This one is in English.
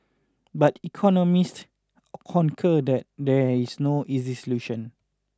but economists concur that there is no easy solution